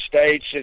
States